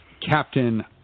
captain